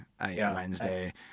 Wednesday